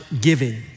giving